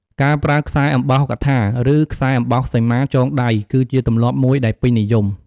ការប្រើខ្សែអំបោះកថា ឬខ្សែអំបោះសីមា ចងដៃ គឺជាទម្លាប់មួយដែលពេញនិយម។